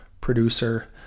producer